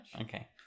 okay